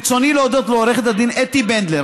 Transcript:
ברצוני להודות לעורכת הדין אתי בנדלר,